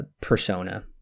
persona